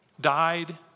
died